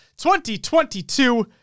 2022